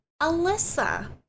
Alyssa